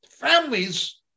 Families